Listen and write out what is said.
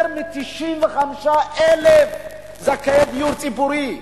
יותר מ-95,000 זכאי דיור ציבורי.